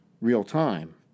real-time